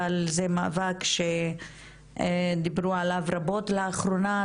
אבל זה מאבק שדיברו עליו רבות לאחרונה,